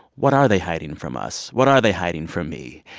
what are they hiding from us? what are they hiding from me?